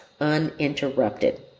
uninterrupted